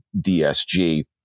DSG